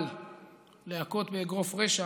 אבל "להכות באגרף רשע".